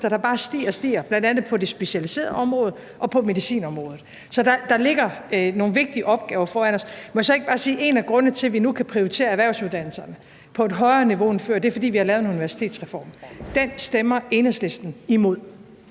der bare stiger og stiger, bl.a. på det specialiserede område og på medicinområdet. Så der ligger nogle vigtige opgaver foran os. Må jeg så ikke bare sige, at en af grundene til, at vi nu kan prioritere erhvervsuddannelserne på et højere niveau end før, er, at vi har lavet en universitetsreform, og den stemmer Enhedslisten imod.